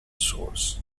source